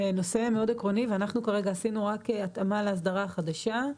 זה נושא מאוד עקרוני ואנחנו כרגע עשינו רק התאמה לאסדרה החדשה.